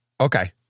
okay